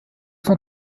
cent